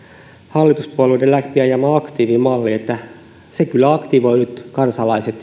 hallituspuolueiden läpi ajama aktiivimalli se kyllä aktivoi nyt kansalaiset